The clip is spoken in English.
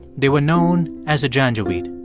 they were known as the janjaweed.